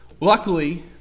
Luckily